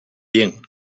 bien